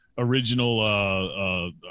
Original